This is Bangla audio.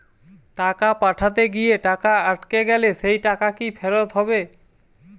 টাকা পাঠাতে গিয়ে টাকা আটকে গেলে সেই টাকা কি ফেরত হবে?